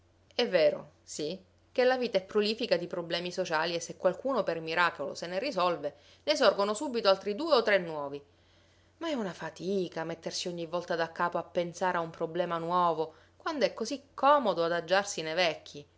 e vero sì che la vita è prolifica di problemi sociali e se qualcuno per miracolo se ne risolve ne sorgono subito altri due o tre nuovi ma è una fatica mettersi ogni volta daccapo a pensare a un problema nuovo quand'è così comodo adagiarsi nei vecchi